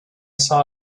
saw